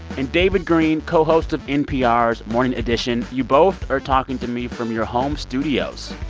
and david greene, co-host of npr's morning edition. you both are talking to me from your home studios.